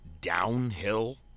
downhill